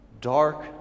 dark